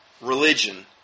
religion